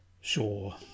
Sure